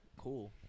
Cool